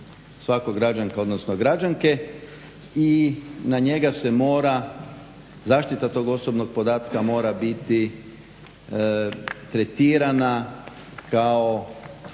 svakog građana, odnosno građanke i na njega se mora, zaštita tog osobnog podatka mora biti tretirana kao